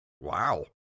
Wow